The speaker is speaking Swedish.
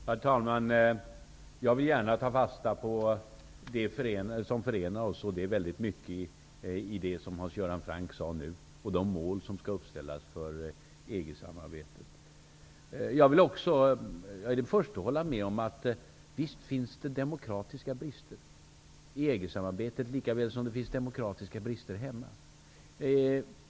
Herr talman! Jag vill gärna ta fasta på det som förenar oss, och det gäller för mycket i det som Hans Göran Franck nu framhöll om de mål som skall uppställas för EG-samarbetet. Jag är den förste att hålla med om att det visst finns demokratiska brister i EG-samarbetet, likaväl som det finns demokratiska brister i vårt land.